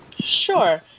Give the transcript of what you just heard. sure